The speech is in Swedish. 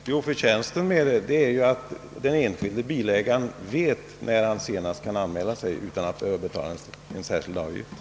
Herr talman! Förtjänsten med en sådan ordning skulle vara att den enskilde bilägaren visste när han senast kunde anmäla sig utan att riskera att behöva betala den särskilda avgiften.